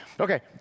Okay